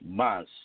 mas